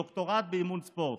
דוקטורט באימון ספורט.